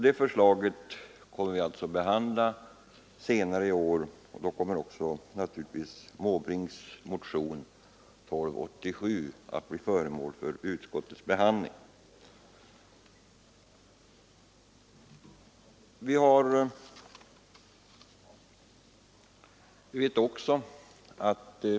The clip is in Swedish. Det förslaget kommer vi alltså att behandla senare i år, och då kommer även herr Måbrinks motion, nr 1287, att bli föremål för utskottets behandling.